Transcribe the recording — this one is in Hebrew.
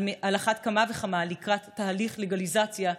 על אחת כמה וכמה לקראת תהליך לגליזציה,